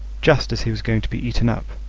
just as he was going to be eaten up,